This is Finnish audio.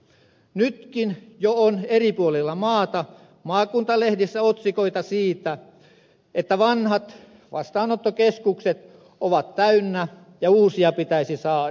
nytkin jo on eri puolilla maata maakuntalehdissä otsikoita siitä että vanhat vastaanottokeskukset ovat täynnä ja uusia pitäisi saada